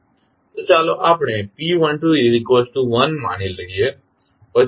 તો ચાલો આપણે p121 માની લઈએ પછી p22 2